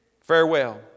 farewell